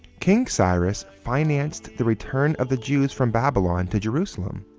king cyrus financed the return of the jews from babylon to jerusalem.